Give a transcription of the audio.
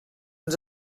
ens